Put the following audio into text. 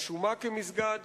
שרשומה כמסגד,